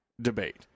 debate